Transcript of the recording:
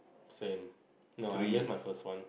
same no I miss my first one